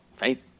right